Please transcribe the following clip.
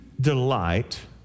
delight